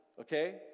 okay